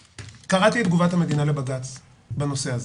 קראתי את תגובת המדינה לבג"ץ בנושא הזה,